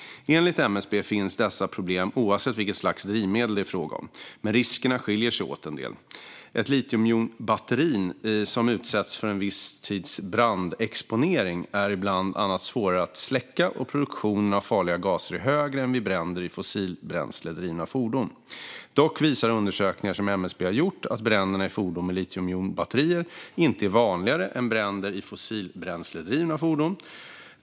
Enligt MSB finns dessa problem oavsett vilket slags drivmedel det är fråga om, men riskerna skiljer sig åt en del. Ett litiumjonbatteri som utsatts för en viss tids brandexponering är bland annat svårare att släcka, och produktionen av farliga gaser är högre än vid bränder i fossilbränsledrivna fordon. Dock visar undersökningar som MSB har gjort att bränder i fordon med litiumjonbatterier inte är vanligare än bränder i fossilbränsledrivna fordon.